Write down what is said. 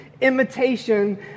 imitation